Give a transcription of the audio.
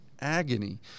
agony